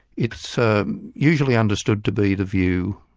it's ah usually understood to be the view,